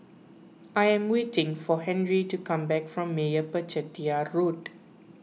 I am waiting for Henry to come back from Meyappa Chettiar Road